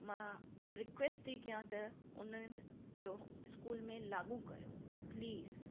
मां रिक्वैस्ट थी कयां त हुननि इहो स्कूल में लागू कयो प्लीस